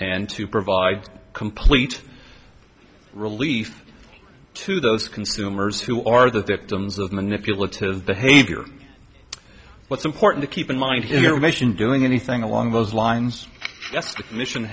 and to provide complete relief to those consumers who are the victims of manipulative behavior what's important to keep in mind is your mission doing anything along those lines